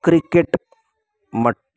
cricket மற்றும்